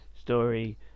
story